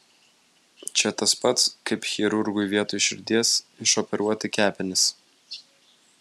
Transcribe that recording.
čia tas pats kaip chirurgui vietoj širdies išoperuoti kepenis